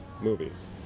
movies